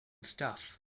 stuff